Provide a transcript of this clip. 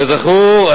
כזכור,